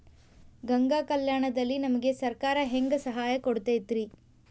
ಗಂಗಾ ಕಲ್ಯಾಣ ದಲ್ಲಿ ನಮಗೆ ಸರಕಾರ ಹೆಂಗ್ ಸಹಾಯ ಕೊಡುತೈತ್ರಿ?